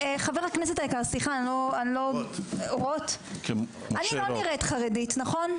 חבר הכנסת היקר רוט, אני לא נראית חרדית, נכון?